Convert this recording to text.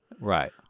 Right